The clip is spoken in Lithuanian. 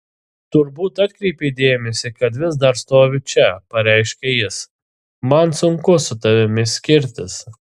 turbūt atkreipei dėmesį kad vis dar stoviu čia pareiškia jis man sunku su tavimi skirtis